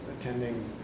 attending